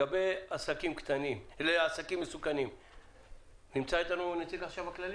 יש נציג משרד הפנים שנמצא כאן?